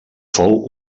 fou